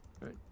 right